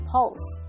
Pulse